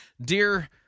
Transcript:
Dear